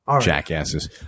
Jackasses